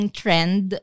trend